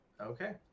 Okay